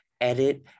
edit